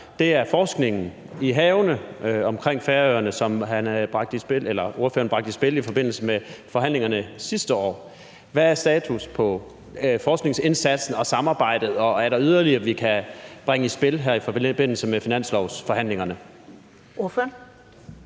nemlig forskningen i havene omkring Færøerne, som ordføreren bragte i spil i forbindelse med forhandlingerne sidste år, vil jeg spørge: Hvad er status på forskningsindsatsen og samarbejdet, og er der yderligere, vi kan bringe i spil her i forbindelse med finanslovsforhandlingerne? Kl.